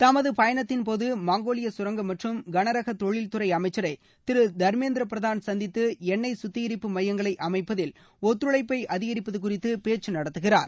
தமது பயணத்தின்போது மங்கோலிய கரங்கம் மற்றும் கனரகத்தொழில் துறை அமைச்சரை திரு தர்மேந்திர பிரதான் சந்தித்து எண்ணெய் கத்திகரிப்பு மையங்களை அமைப்பதில் ஒத்துழைப்பை அதிகரிப்பது குறித்து பேச்சு நடத்துகிறார்